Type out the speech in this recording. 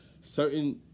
certain